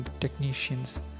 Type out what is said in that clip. technicians